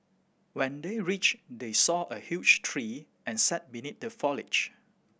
when they reached they saw a huge tree and sat beneath the foliage